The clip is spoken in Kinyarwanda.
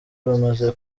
bamaze